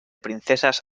princesas